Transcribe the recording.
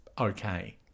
okay